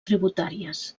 tributàries